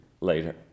later